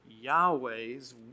Yahweh's